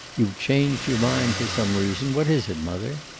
you've changed your mind, for some reason. what is it, mother?